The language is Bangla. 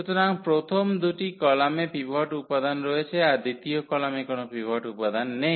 সুতরাং প্রথম দুটি কলামে পিভট উপাদান রয়েছে আর তৃতীয় কলামে কোন পিভট উপাদান নেই